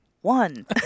one